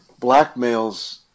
blackmails